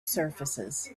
surfaces